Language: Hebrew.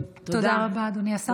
תודה רבה, אדוני השר.